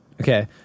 Okay